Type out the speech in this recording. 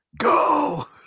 Go